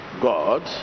God